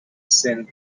send